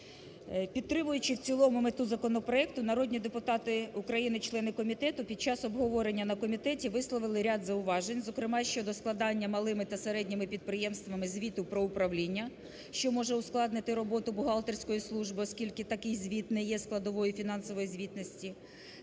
Підтримуючи в цілому мету законопроекту народні депутати України, члени комітету під час обговорення на комітеті висловили ряд зауважень, зокрема, щодо складання малими та середніми підприємствами звіту про управління, що може ускладнити роботу бухгалтерської служби, оскільки такий звіт не є складової фінансової звітності.